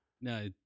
No